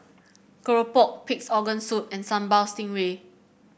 keropok Pig's Organ Soup and Sambal Stingray